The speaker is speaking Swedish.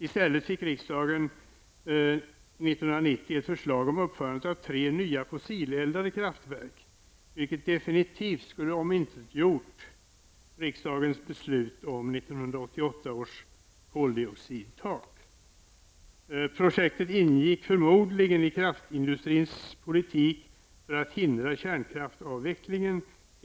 I stället fick riksdagen år 1990 ett förslag om uppförandet av tre nya fossileldade kraftverk, vilket definitivt skulle ha omintetgjort riksdagens beslut år 1988 om ett koldioxidtak. Projektet ingick förmodligen i kraftindustrins politik för att hindra kärnkraftsavvecklingen.